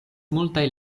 multaj